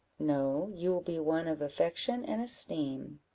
no, you will be one of affection and esteem.